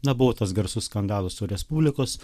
na buvo tas garsus skandalas su respublikos